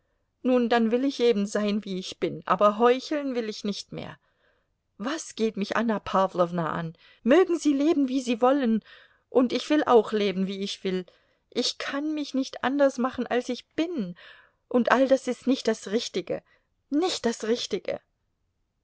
nun dann will ich eben sein wie ich bin aber heucheln will ich nicht mehr was geht mich anna pawlowna an mögen sie leben wie sie wollen und ich will auch leben wie ich will ich kann mich nicht anders machen als ich bin und all das ist nicht das richtige nicht das richtige